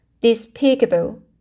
despicable